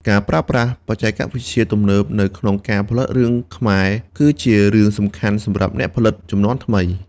ការប្រើប្រាស់បច្ចេកវិទ្យាទំនើបនៅក្នុងការផលិតរឿងខ្មែរគឺជារឿងសំខាន់សម្រាប់អ្នកផលិតជំនាន់ថ្មី។